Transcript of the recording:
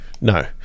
no